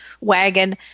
wagon